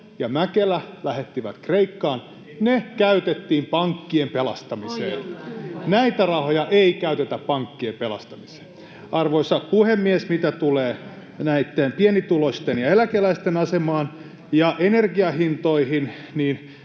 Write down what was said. ryhmästä: Ei pidä paikkaansa!] käytettiin pankkien pelastamiseen. [Vasemmalta: Kyllä!] Näitä rahoja ei käytetä pankkien pelastamiseen. Arvoisa puhemies! Mitä tulee pienituloisten ja eläkeläisten asemaan ja energiahintoihin, niin